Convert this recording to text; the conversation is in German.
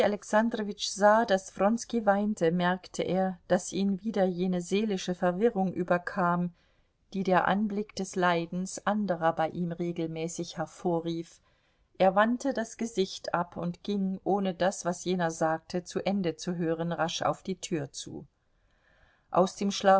sah daß wronski weinte merkte er daß ihn wieder jene seelische verwirrung überkam die der anblick des leidens anderer bei ihm regelmäßig hervorrief er wandte das gesicht ab und ging ohne das was jener sagte zu ende zu hören rasch auf die tür zu aus dem